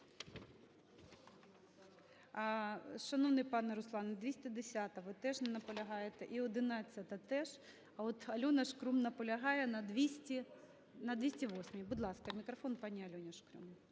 Шановний пан Руслан, 210-а. Ви теж не наполягаєте. І 11-а теж. А отАльона Шкрум наполягає на 208-й. Будь ласка, мікрофон пані Альоні Шкрум.